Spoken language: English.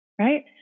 right